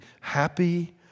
happy